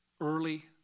Early